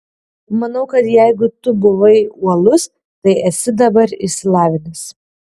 manau kad jeigu tu buvai uolus tai esi dabar išsilavinęs